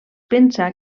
pensa